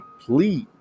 please